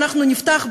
אנחנו נפתח,